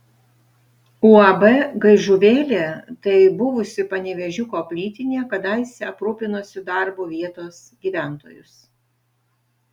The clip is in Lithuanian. uab gaižuvėlė tai buvusi panevėžiuko plytinė kadaise aprūpinusi darbu vietos gyventojus